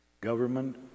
government